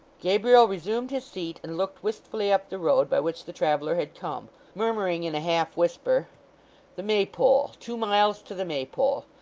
gabriel resumed his seat, and looked wistfully up the road by which the traveller had come murmuring in a half whisper the maypole two miles to the maypole.